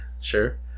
Sure